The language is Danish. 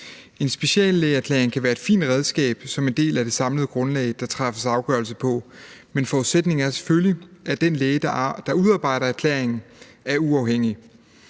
En speciallægeerklæring kan være et fint redskab som en del af det samlede grundlag, der træffes afgørelse på, men forudsætningen er selvfølgelig, at den læge, der udarbejder erklæringer, er uafhængig.